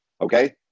okay